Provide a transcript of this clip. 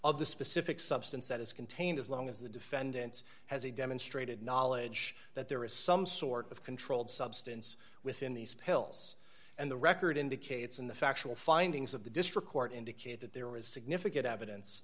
of the specific substance that is contained as long as the defendant has a demonstrated knowledge that there is some sort of controlled substance within these pills and the record indicates in the factual findings of the district court indicate that there was significant evidence